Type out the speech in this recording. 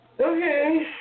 Okay